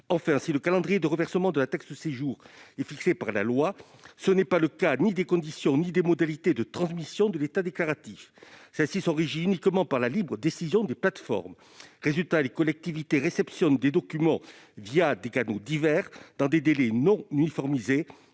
Enfin, si le calendrier de reversement de la taxe de séjour est fixé par la loi, ce n'est le cas ni des conditions ni des modalités de transmission de l'état déclaratif. Celles-ci sont régies uniquement par la libre décision des plateformes. Résultat : les collectivités réceptionnent des documents des canaux divers dans des délais non uniformisés